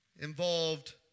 involved